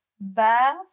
Bath